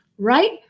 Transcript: right